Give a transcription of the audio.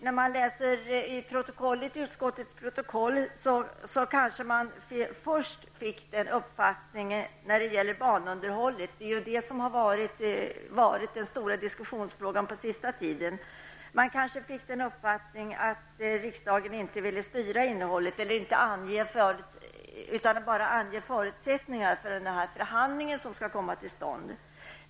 När man läste utskottsprotokollet, fick man när det gäller banunderhållet -- det är ju det som har varit den stora diskussionsfrågan på senaste tiden -- kanske först den uppfattningen att riksdagen inte ville styra innehållet, utan bara ange förutsättningarna för den förhandling som skall komma till stånd.